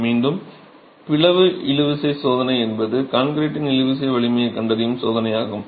மீண்டும் பிளவு இழுவிசை சோதனை என்பது கான்கிரீட்டின் இழுவிசை வலிமையைக் கண்டறியும் சோதனையாகும்